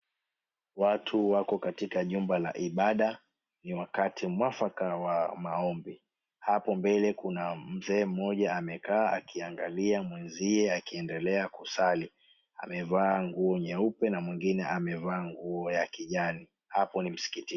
Watu wako katika nyumba la ibada. Ni wakati mwafaka wa maombi. Hapo mbele kuna mzee mmoja amekaa akiangalia mwenziwe akiendelea kusali. Amevaa nguo nyeupe na mwengine amevaa nguo ya kijani. Hapo ni msikitini.